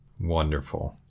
Wonderful